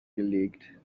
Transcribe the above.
gelegt